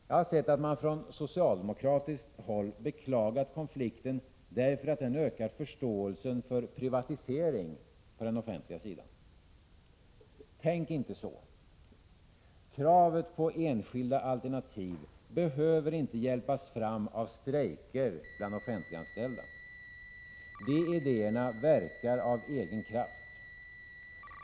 Jag har sett att man från socialdemokratiskt håll beklagat konflikten därför att den ökar förståelsen för privatisering på den offentliga sidan. Tänk inte så! Kravet på enskilda alternativ behöver inte hjälpas fram av strejker bland offentliganställda. De idéerna verkar av egen kraft.